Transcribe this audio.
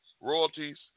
royalties